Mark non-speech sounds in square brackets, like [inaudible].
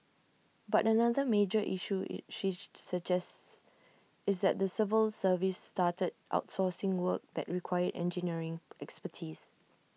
but another major issue [unintelligible] she suggests is that the civil service started outsourcing work that required engineering expertise